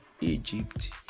Egypt